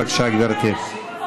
בבקשה, גברתי.